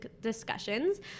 discussions